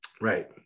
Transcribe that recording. Right